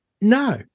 No